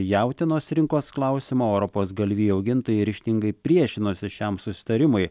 jautienos rinkos klausimo o europos galvijų augintojai ryžtingai priešinosi šiam susitarimui